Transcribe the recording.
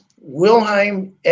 Wilhelm